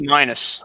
Minus